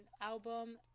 album